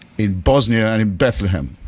in bosnia, and in bethlehem.